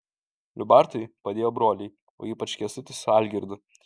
liubartui padėjo broliai o ypač kęstutis su algirdu